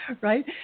Right